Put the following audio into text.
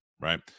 right